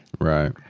Right